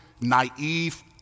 naive